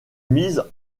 mises